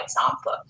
example